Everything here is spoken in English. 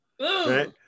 Right